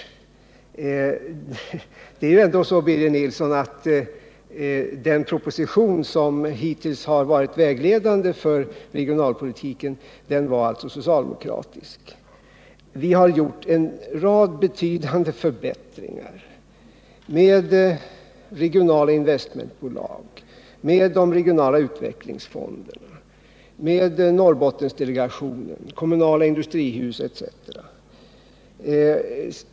Nu är det ju ändå så, Birger Nilsson, att den proposition som hittills har varit vägledande för regionalpolitiken var socialdemokratisk. Vi har dock gjort en rad betydande förbättringar i den, med regionala investmentbolag, med de regionala utvecklingsfonderna, med Norrbottensdelegationen, med kommunala industrihus etc.